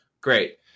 Great